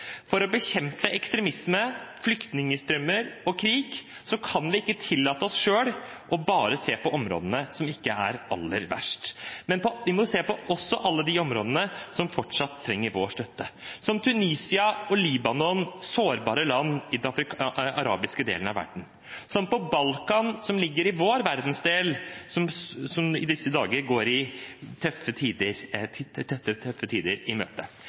For å bekjempe ekstremisme, flyktningstrømmer og krig kan vi ikke tillate oss selv bare å se på områdene som ikke er aller verst. Vi må også se på alle områdene som fortsatt trenger vår støtte, som Tunisia og Libanon – sårbare land i den arabiske delen av verden – som Balkan, som ligger i vår verdensdel og i disse dager går tøffe tider i møte.